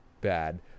bad